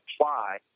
apply